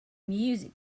music